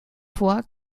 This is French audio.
fois